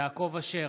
יעקב אשר,